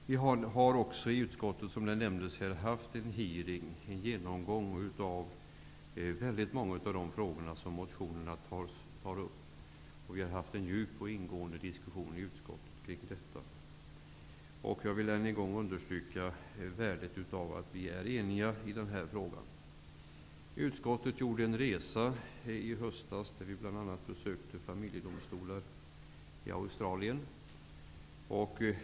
Vi har också i utskottet haft en genomgång av många av de frågor som tas upp i motionerna. Diskussionen har varit djup och ingående. Jag vill än en gång understryka värdet av att vi är eniga i den här frågan. Utskottet gjorde en resa i höstas. Vi besökte bl.a. familjedomstolar i Australien.